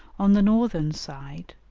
on the northern side,